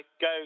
go